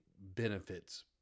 benefits